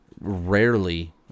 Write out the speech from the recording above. rarely